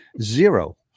zero